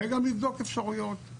וגם לבדוק אפשרויות.